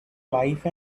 life